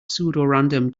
pseudorandom